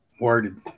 worded